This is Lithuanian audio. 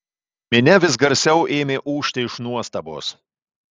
minia vis garsiau ėmė ūžti iš nuostabos